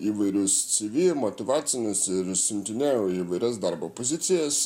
įvairius cv motyvacinius ir siuntinėjau į įvairias darbo pozicijas